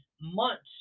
months